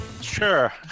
sure